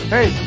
Hey